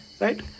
right